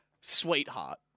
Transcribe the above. Sweetheart